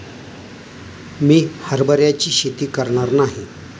मी हरभऱ्याची शेती करणार नाही